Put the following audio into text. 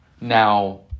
now